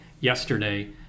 yesterday